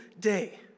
day